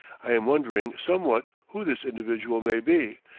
i am wondering somewhat who this individual may be,